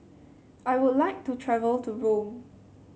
I would like to travel to Rome